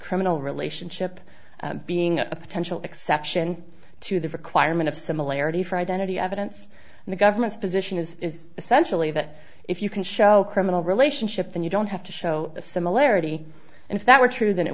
criminal relationship being a potential exception to the requirement of similarity for identity evidence in the government's position is essentially that if you can show a criminal relationship then you don't have to show a similarity and if that were true then it